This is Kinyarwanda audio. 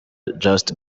just